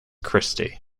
christi